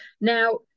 now